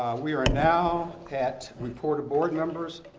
we are now at report of board members.